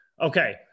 Okay